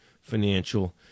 financial